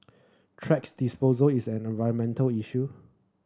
tracks disposal is an environmental issue